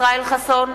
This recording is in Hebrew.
ישראל חסון,